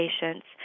patients